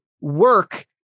work